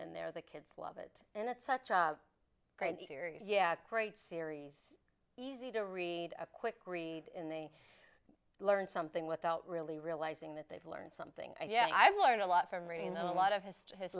and they're the kids love it and it's such a great series yeah great series easy to read a quick read in they learn something without really realizing that they've learned something yeah i've learned a lot from reading a lot of history has